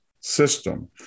system